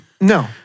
No